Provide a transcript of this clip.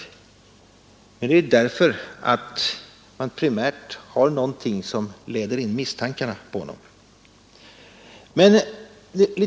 Men det är därför att det förekommit något som primärt lett in misstankarna på honom.